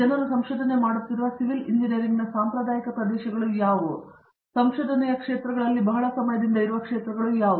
ಹಾಗಾಗಿ ಜನರು ಸಂಶೋಧನೆ ಮಾಡುತ್ತಿರುವ ಸಿವಿಲ್ ಇಂಜಿನಿಯರಿಂಗ್ನ ಸಾಂಪ್ರದಾಯಿಕ ಪ್ರದೇಶಗಳು ಯಾವುವು ಆದರೆ ಸಂಶೋಧನೆಯ ಕ್ಷೇತ್ರಗಳಲ್ಲಿ ಬಹಳ ಸಮಯದವರೆಗೆ ಇದ್ದವು